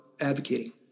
advocating